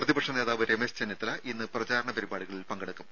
പ്രതിപക്ഷ നേതാവ് രമേശ് ചെന്നിത്തല ഇന്ന് പ്രചാരണ പരിപാടികളിൽ പങ്കെടുക്കും